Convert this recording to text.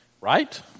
Right